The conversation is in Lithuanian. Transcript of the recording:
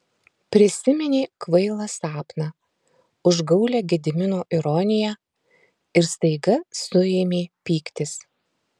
prisiminė kvailą sapną užgaulią gedimino ironiją ir staiga suėmė pyktis